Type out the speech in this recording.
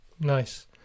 Nice